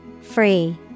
Free